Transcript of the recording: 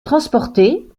transportait